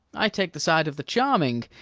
i take the side of the charming,